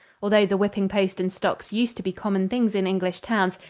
although the whipping-post and stocks used to be common things in english towns,